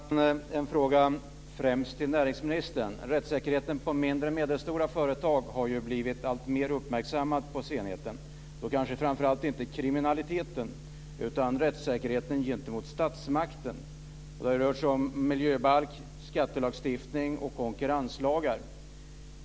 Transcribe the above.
Fru talman! Jag har en fråga främst till näringsministern. Rättssäkerheten på mindre och medelstora företag har ju blivit alltmer uppmärksammad den senaste tiden, då kanske inte framför allt kriminaliteten utan rättssäkerheten gentemot statsmakten. Det har rört sig om miljöbalk, skattelagstiftning och konkurrenslagar.